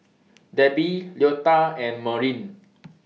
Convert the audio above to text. Debbie Leota and Maureen